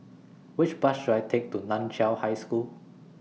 Which Bus should I Take to NAN Chiau High School